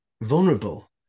vulnerable